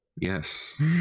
Yes